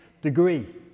degree